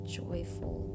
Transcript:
joyful